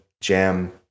jam